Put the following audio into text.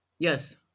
yes